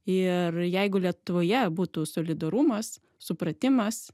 ir jeigu lietuvoje būtų solidarumas supratimas